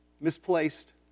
misplaced